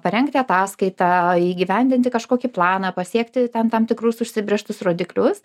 parengti ataskaitą įgyvendinti kažkokį planą pasiekti ten tam tikrus užsibrėžtus rodiklius